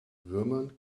würmern